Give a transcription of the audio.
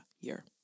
year